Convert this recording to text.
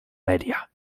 media